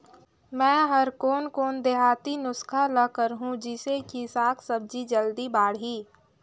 मै हर कोन कोन देहाती नुस्खा ल करहूं? जिसे कि साक भाजी जल्दी बाड़ही?